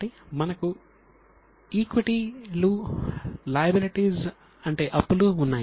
కాబట్టి మనకు ఈక్విటీ కు గాను వచ్చిన ధనం ఉంది